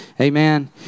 Amen